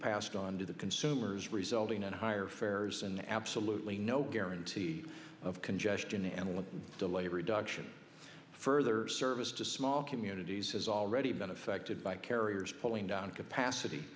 passed on to the consumers resulting in higher fares and absolutely no guarantee of congestion and one delay reduction further service to small communities has already been affected by carriers pulling down capacity